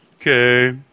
okay